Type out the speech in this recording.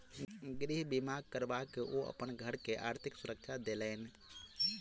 गृह बीमा करबा के ओ अपन घर के आर्थिक सुरक्षा देलैन